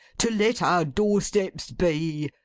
to let our door-steps be.